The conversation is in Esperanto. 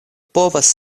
povas